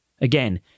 Again